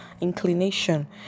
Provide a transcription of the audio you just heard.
inclination